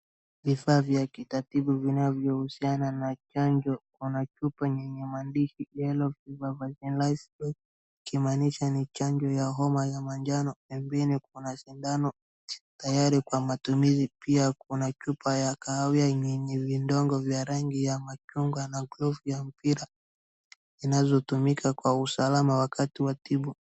Vifaa vya kikatibu vinanyohusiana na chanjo, kna chupa lenye maandishi Yello Fever Vaccination, ikimaanisha ni chanjo ya homa ya manjano, pembeni kuna sindano tayari kwa matumizi, pia kuna chupa ya kahawia lenye vidnge vya rangi ya machungwa na glove ya mpira zinazotumika kwa usalama wakati wa tiba.